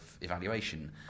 evaluation